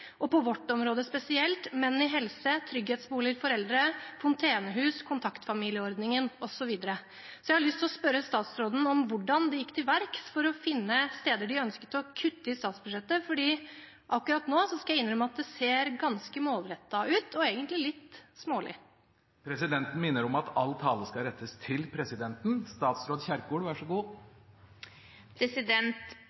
og på vårt område spesielt: Menn i helse, trygghetsboliger for eldre, fontenehus, kontaktfamilieordningen osv. Jeg har lyst til å spørre statsråden om hvordan de gikk til verks for å finne steder de ønsket å kutte i statsbudsjettet, for akkurat nå skal jeg innrømme at det ser ganske målrettet ut, og egentlig litt smålig. Presidenten minner om at all tale skal rettes til presidenten.